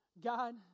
God